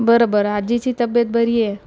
बरं बरं आजीची तब्येत बरी आहे